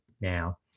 now